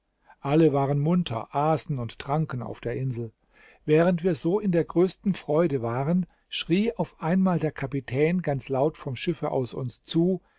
alle waren munter aßen und tranken auf der insel während wir so in der größten freude waren schrie auf einmal der kapitän ganz laut vom schiffe aus uns zu